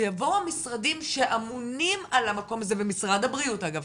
שיבואו המשרדים שאמונים על המקום הזה במשרד הבריאות אגב,